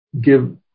give